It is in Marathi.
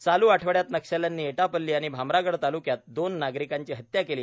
चालू आठवड़यात नक्षल्यांनी एटापल्ली आणि भामरागड ताल्क्यात दोन नागरिकांची हत्या केली